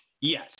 Yes